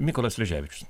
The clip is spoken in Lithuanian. mykolas sleževičius